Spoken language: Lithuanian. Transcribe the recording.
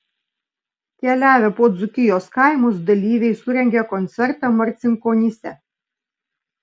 keliavę po dzūkijos kaimus dalyviai surengė koncertą marcinkonyse